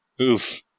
Oof